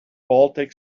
baltic